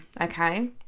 okay